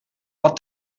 but